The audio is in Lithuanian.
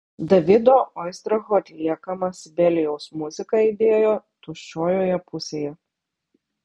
davido oistracho atliekama sibelijaus muzika aidėjo tuščiojoje pusėje